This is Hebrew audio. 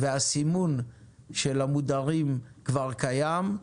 והסימון של המודרים כבר קיים,